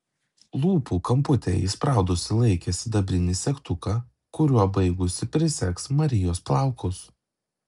lūpų kamputyje įspraudusi laikė sidabrinį segtuką kuriuo baigusi prisegs marijos plaukus